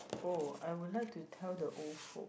oh I would like to tell the old folk